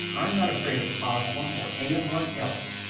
i'm not afraid of ozma or anyone else.